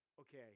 okay